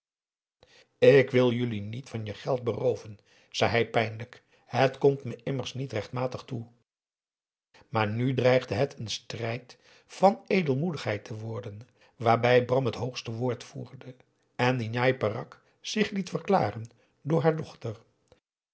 ik wil jullie niet van je geld berooven zei hij pijnlijk het komt me immers niet rechtmatig toe aar nu dreigde het een strijd van edelmoedigheid te worden waarbij bram het hoogste woord voerde en dien njai peraq zich liet verklaren door haar dochter